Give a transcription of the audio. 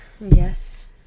Yes